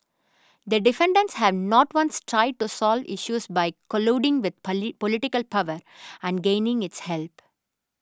the defendants have not once tried to solve issues by colluding with political power and gaining its help